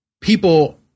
people